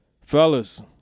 fellas